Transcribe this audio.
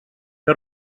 que